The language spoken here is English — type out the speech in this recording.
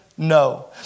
No